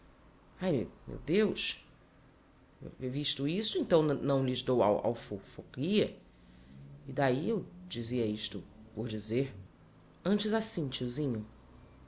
ai meu deus visto isso então n não lhes dou al for ria e d'ahi eu dizia isto por dizer antes assim tiozinho